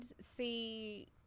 see